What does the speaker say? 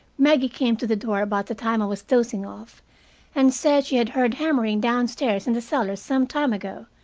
maggie came to the door about the time i was dozing off and said she had heard hammering downstairs in the cellar some time ago,